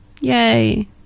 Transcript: Yay